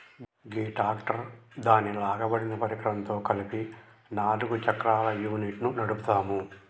గీ tractor దాని లాగబడిన పరికరంతో కలిపి నాలుగు చక్రాల యూనిట్ను నడుపుతాము